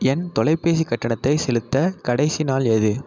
என் தொலைபேசி கட்டணத்தைச் செலுத்த கடைசி நாள் எது